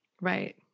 Right